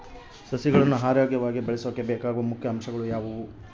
ಸಸಿಗಳನ್ನು ಆರೋಗ್ಯವಾಗಿ ಬೆಳಸೊಕೆ ಬೇಕಾಗುವ ಮುಖ್ಯ ಅಂಶಗಳು ಯಾವವು?